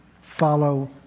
follow